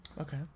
Okay